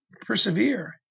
persevere